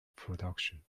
production